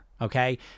Okay